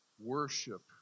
worship